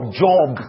job